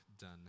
done